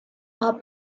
are